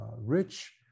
rich